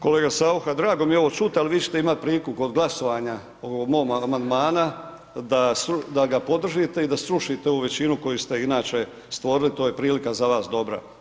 Kolega Saucha, drago mi je ovo čut, al vi ćete imat priliku kod glasovanja o ovom mom amandmana da ga podržite i da srušite ovu većinu koju ste inače stvorili, to je prilika za vas dobra.